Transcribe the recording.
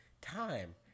time